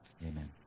Amen